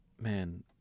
man